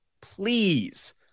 please